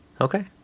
Okay